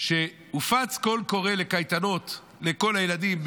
שהופץ קול קורא לקייטנות לכל הילדים,